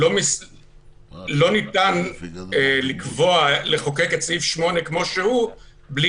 לא ניתן לחוקק את סעיף 8 כמו שהוא בלי